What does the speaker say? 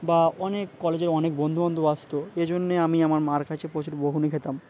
বা অনেক কলেজের অনেক বন্ধুবান্ধব আসত এজন্যে আমি আমার মার কাছে প্রচুর বকুনি খেতাম